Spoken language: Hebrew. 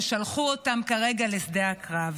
ששלחו אותם כרגע לשדה הקרב.